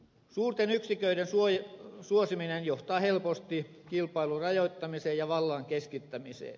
suurten yksiköiden suosiminen johtaa helposti kilpailun rajoittamiseen ja vallan keskittämiseen